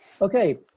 Okay